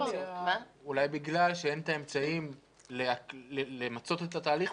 אולי בגלל שאין את האמצעים למצות את התהליך,